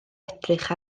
edrych